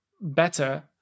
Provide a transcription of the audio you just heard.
better